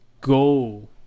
Go